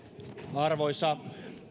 arvoisa